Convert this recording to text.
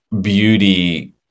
beauty